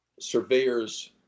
surveyor's